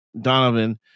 Donovan